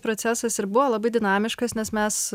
procesas ir buvo labai dinamiškas nes mes